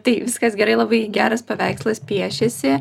tai viskas gerai labai geras paveikslas piešėsi